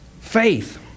Faith